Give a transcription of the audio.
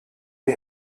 die